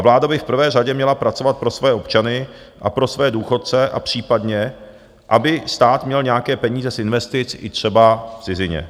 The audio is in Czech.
Vláda by v prvé řadě měla pracovat pro své občany a pro své důchodce a případně aby stát měl nějaké peníze z investic i třeba v cizině.